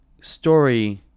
story